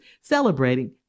celebrating